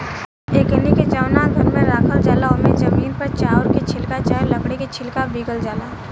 एकनी के जवना घर में राखल जाला ओमे जमीन पर चाउर के छिलका चाहे लकड़ी के छिलका बीगल जाला